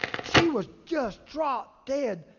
she was just drop, dead,